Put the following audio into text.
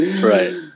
Right